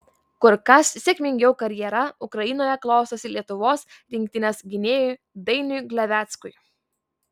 kur kas sėkmingiau karjera ukrainoje klostosi lietuvos rinktinės gynėjui dainiui gleveckui